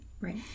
Right